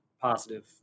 positive